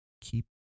keep